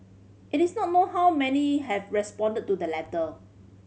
it is not known how many have responded to the letter